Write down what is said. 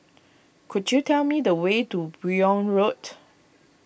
could you tell me the way to Buyong Road